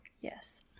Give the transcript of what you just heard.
yes